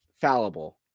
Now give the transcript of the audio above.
fallible